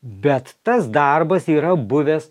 bet tas darbas yra buvęs